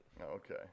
okay